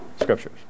Scriptures